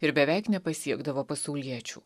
ir beveik nepasiekdavo pasauliečių